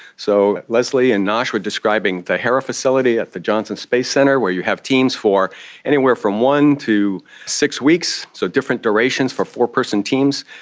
so leslie and nosh were describing the hera facility at the johnson space centre where you have teams for anywhere from one to six weeks, so different durations for four-person teams.